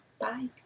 Bye